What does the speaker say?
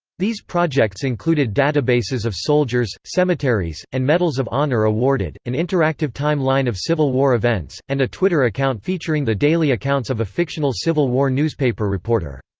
these projects included databases of soldiers, cemeteries, and medals of honor awarded an interactive time line of civil war events, and a twitter account featuring the daily accounts of a fictional civil war newspaper reporter.